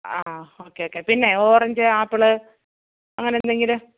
ആ okay okay പിന്നെ orange apple അങ്ങനെ എന്തെങ്കിലും